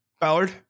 Ballard